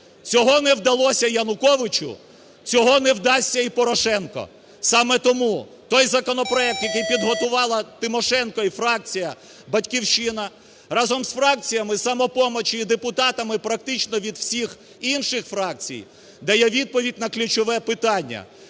Цього не вдалося Януковичу, цього не вдасться і Порошенку. Саме тому той законопроект, який підготувала Тимошенко і фракція "Батьківщина" разом з фракціями "Самопомочі" і депутатами практично від всіх інших фракцій, дає відповідь на ключове питання: